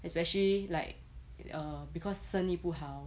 especially like err because 生意不好